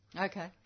Okay